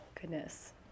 Goodness